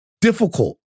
difficult